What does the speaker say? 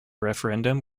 referendum